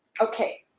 okay